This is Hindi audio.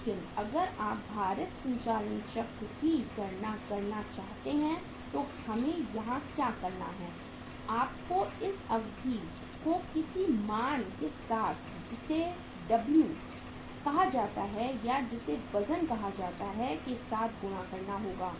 लेकिन अगर आप भारित संचालन चक्र की गणना करना चाहते हैं तो हमें यहां क्या करना है आपको इस अवधि को किसी मान के साथ जिसे W कहा जाता है या जिसे वजन कहा जाता है के साथ गुणा करना होगा